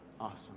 Awesome